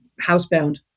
housebound